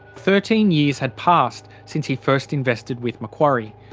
thirteen years had passed since he first invested with macquarie.